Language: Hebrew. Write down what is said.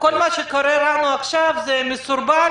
כל מה שקורה לנו עכשיו זה מסורבל,